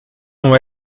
não